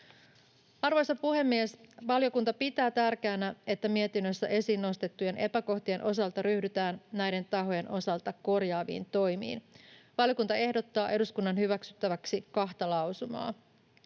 Arvoisa puhemies! Valiokunta pitää tärkeänä, että mietinnössä esiin nostettujen epäkohtien osalta ryhdytään näiden tahojen osalta korjaaviin toimiin. Valiokunta ehdottaa eduskunnan hyväksyttäväksi kahta lausumaa.